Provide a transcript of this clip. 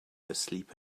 asleep